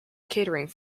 catering